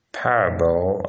parable